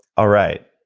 all right,